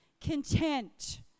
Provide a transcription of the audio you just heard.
content